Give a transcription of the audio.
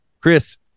Chris